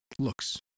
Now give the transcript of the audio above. looks